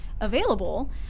available